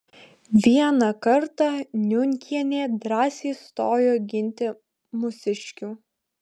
vieną kartą niunkienė drąsiai stojo ginti mūsiškių